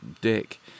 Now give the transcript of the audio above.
dick